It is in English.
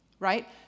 right